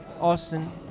Austin